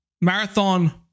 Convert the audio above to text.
Marathon